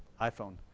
iphone.